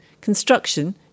construction